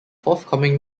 forthcoming